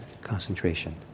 concentration